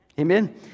Amen